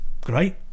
Great